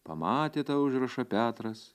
pamatė tą užrašą petras